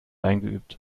eingeübt